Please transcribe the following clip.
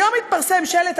היום התפרסם שלט,